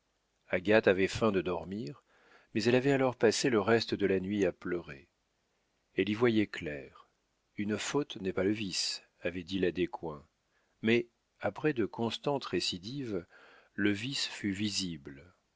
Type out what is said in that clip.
agathe avait feint de dormir mais elle avait alors passé le reste de la nuit à pleurer elle y voyait clair une faute n'est pas le vice avait dit la descoings mais après de constantes récidives le vice fut visible